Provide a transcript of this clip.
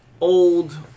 old